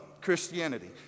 Christianity